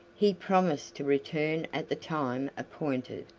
he promised to return at the time appointed,